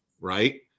right